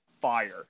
fire